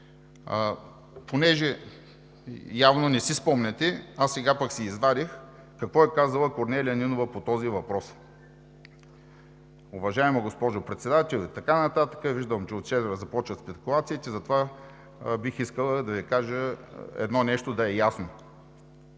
Понеже явно не си спомняте, аз сега пък си извадих какво е казала Корнелия Нинова по този въпрос: „Уважаема госпожо Председател“ и така нататък, „виждам, че започват спекулациите, и затова бих искала да Ви кажа едно нещо да е ясно.